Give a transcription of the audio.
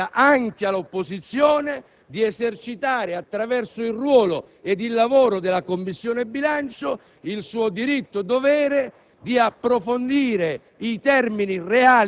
un percorso che consenta anche all'opposizione di esercitare, attraverso il ruolo e il lavoro della Commissione bilancio, il suo diritto-dovere